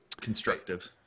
constructive